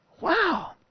Wow